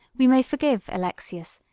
we may forgive alexius,